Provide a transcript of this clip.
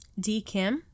DKIM